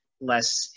less